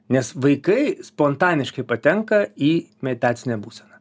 nes vaikai spontaniškai patenka į meditacinę būseną